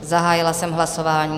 Zahájila jsem hlasování.